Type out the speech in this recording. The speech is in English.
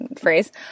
phrase